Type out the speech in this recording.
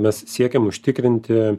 mes siekėm užtikrinti